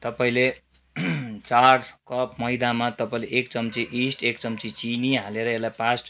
तपाईँले चार कप मैदामा तपाईँले एक चम्ची इयिस्ट एक चम्ची चिनी हालेर यसलाई पास